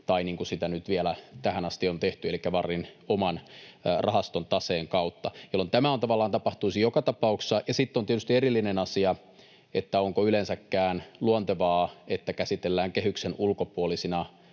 kuin sitä nyt vielä tähän asti on tehty, elikkä VARin oman rahaston taseen kautta, jolloin tämä tavallaan tapahtuisi joka tapauksessa. Ja sitten on tietysti erillinen asia, onko yleensäkään luontevaa, että käsitellään kehyksen ulkopuolisina